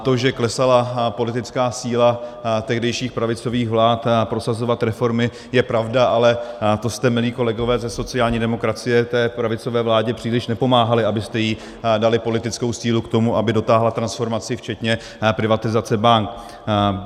To, že klesala politická síla tehdejších pravicových vlád prosazovat reformy, je pravda, ale to jste, milí kolegové ze sociální demokracie, té pravicové vládě příliš nepomáhali, abyste jí dali politickou sílu k tomu, aby dotáhla transformaci včetně privatizace bank.